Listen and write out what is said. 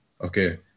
Okay